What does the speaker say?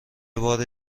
بار